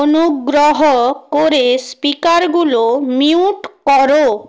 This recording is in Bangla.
অনুগ্রহ করে স্পিকারগুলো মিউট করো